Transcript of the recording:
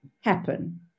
happen